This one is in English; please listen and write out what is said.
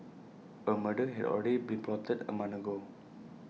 A murder had already been plotted A month ago